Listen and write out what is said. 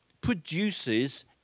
produces